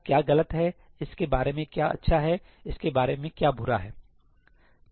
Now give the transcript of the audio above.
इसके बारे में क्या अच्छा है इसके बारे में क्या बुरा है